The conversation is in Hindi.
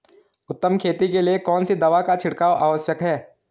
उत्तम खेती के लिए कौन सी दवा का छिड़काव आवश्यक है?